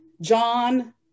John